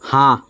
हाँ